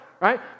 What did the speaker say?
right